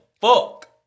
fuck